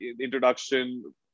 introduction